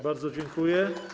Bardzo dziękuję.